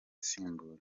asimbuye